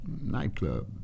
nightclub